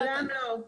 לעולם לא.